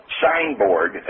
signboard